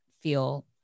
feel